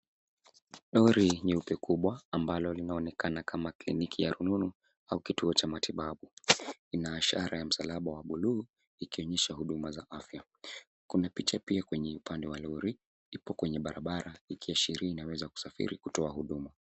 Lori nyeupe kubwa ambalo linaonekana kama kliniki ya rununu au kituo cha matibabu. Ina ishara ya msalaba wa buluu ikionyesha huduma za afya. Kuna picha pia kwenye upande wa lori. Ipo kwenye barabara ikiashiria inaweza kusafiri kutoa huduma.